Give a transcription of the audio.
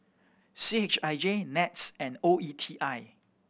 C H I J NETS and O E T I